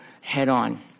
head-on